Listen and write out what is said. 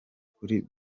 kuri